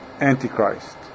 antichrist